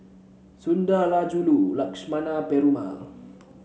Sundarajulu Lakshmana Perumal